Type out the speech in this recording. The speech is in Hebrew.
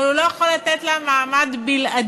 אבל הוא לא יכול לתת לה מעמד בלעדי.